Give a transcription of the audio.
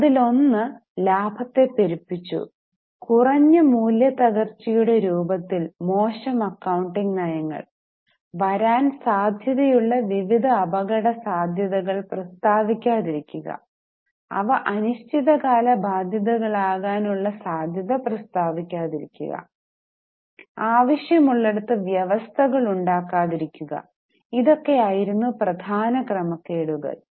അതിലൊന്ന് ലാഭത്തെ പെരുപ്പിച്ചു കുറഞ്ഞ മൂല്യത്തകർച്ചയുടെ രൂപത്തിൽ മോശം അക്കൌണ്ടിംഗ് നയങ്ങൾ വരാൻ സാധ്യതയുള്ള വിവിധ അപകടസാധ്യതകൾ പ്രസ്താവിക്കാതിരിക്കുക അവ അനിശ്ചിതകാല ബാധ്യതകളാകാൻ ഉള്ള സാധ്യത പ്രസ്താവിക്കാതിരിക്കുക ആവശ്യമുള്ളിടത്ത് വ്യവസ്ഥകൾ ഉണ്ടാക്കാതിരിക്കുക ഇതൊക്കെ ആയിരുന്നു പ്രധാന ക്രമക്കേടുകൾ